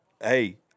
hey